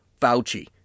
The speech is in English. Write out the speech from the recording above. Fauci